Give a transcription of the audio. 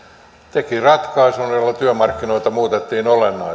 teki ratkaisun jolla työmarkkinoita muutettiin olennaisesti